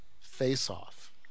face-off